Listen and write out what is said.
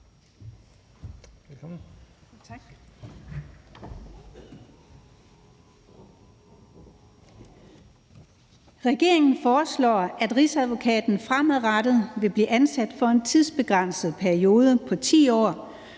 Regeringen foreslår, at rigsadvokaten fremadrettet vil blive ansat for en tidsbegrænset periode på 10 år